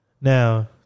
Now